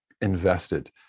invested